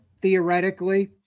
theoretically